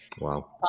Wow